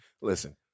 Listen